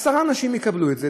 עשרה אנשים יקבלו את זה.